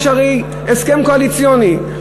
יש הרי הסכם קואליציוני,